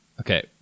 Okay